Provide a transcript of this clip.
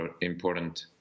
important